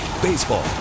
Baseball